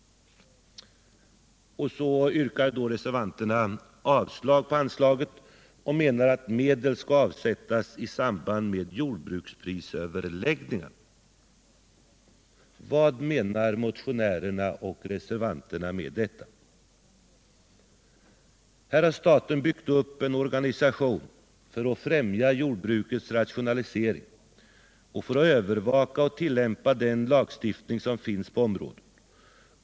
Reservanterna yrkar därför avslag på anslaget och menar att medel bör avsättas i samband med jordbruksprisöverläggningarna. Vad menar motionärerna och reservanterna med detta? Här har staten byggt upp en organisation för att främja jordbrukets rationalisering och för att övervaka och tillämpa den lagstiftning som finns på området.